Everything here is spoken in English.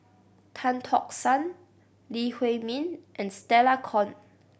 Tan Tock San Lee Huei Min and Stella Kon